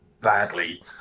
badly